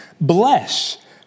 bless